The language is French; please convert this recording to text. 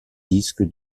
disque